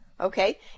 okay